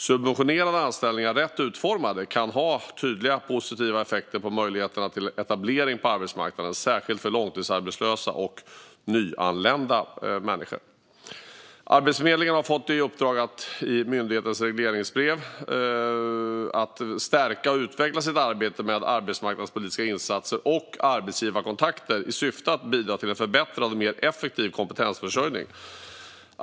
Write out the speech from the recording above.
Subventionerade anställningar - rätt utformade - kan ha tydliga positiva effekter på möjligheterna till etablering på arbetsmarknaden, särskilt för långtidsarbetslösa och nyanlända människor. Arbetsförmedlingen har i myndighetens regleringsbrev fått i uppdrag att stärka och utveckla sitt arbete med arbetsmarknadspolitiska insatser och arbetsgivarkontakter i syfte att bidra till en förbättrad och mer effektiv kompetensförsörjning.